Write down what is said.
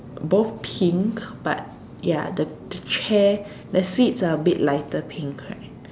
both pink but ya the the chair the seats are a bit lighter pink right